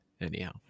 Anyhow